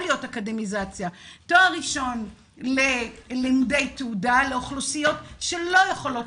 להיות אקדמיזציה תואר ראשון ללימודי תעודה לאוכלוסיות שלא יכולות